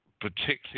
particularly